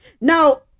Now